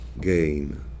gain